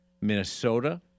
Minnesota